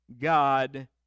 God